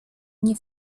nie